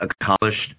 accomplished